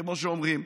כמו שאומרים.